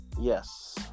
Yes